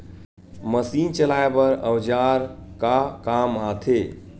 Machine चलाए बर औजार का काम आथे?